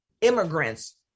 immigrants